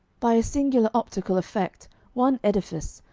by a singular optical effect one edifice,